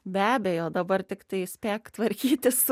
be abejo dabar tiktai spėk tvarkytis